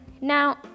Now